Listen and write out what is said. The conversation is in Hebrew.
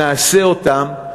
נעשה אותם.